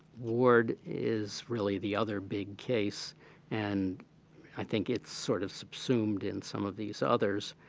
ward is really the other big case and i think it's, sort of, subsumed in some of these others.